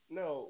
no